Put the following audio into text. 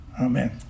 Amen